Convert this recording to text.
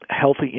healthy